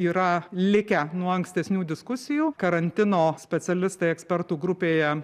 yra likę nuo ankstesnių diskusijų karantino specialistai ekspertų grupėje